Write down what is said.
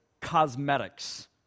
cosmetics